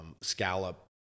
scallop